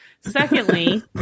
Secondly